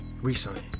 recently